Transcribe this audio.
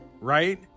right